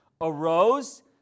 arose